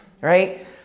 Right